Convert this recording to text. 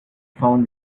found